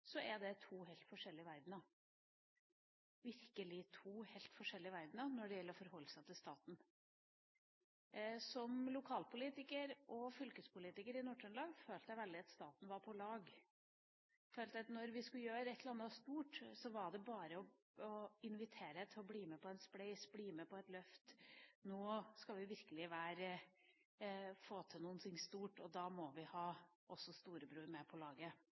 det er to helt forskjellige verdener – virkelig, to helt forskjellige verdener når det gjelder å forholde seg til staten. Som lokalpolitiker og fylkespolitiker i Nord-Trøndelag følte jeg veldig at staten var på lag. Jeg følte at når vi skulle gjøre et eller annet stort, var det bare å invitere til å bli med på en spleis, bli med på et løft – nå skal vi virkelig få til noe stort, og da må vi også ha storebror med på laget.